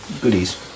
goodies